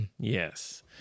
Yes